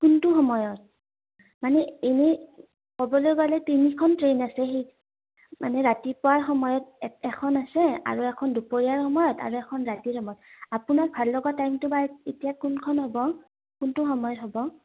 কোনটো সময়ত মানে এনেই ক'বলৈ গ'লে তিনিখন ট্ৰেইন আছে সেই মানে ৰাতিপুৱাৰ সময়ত এখন আছে আৰু এখন দুপৰীয়াৰ সময়ত আৰু এখন ৰাতিৰ সময়ত আপোনাৰ ভাল লগা টাইমটো বা এতিয়া কোনখন হ'ব কোনটো সময়ত হ'ব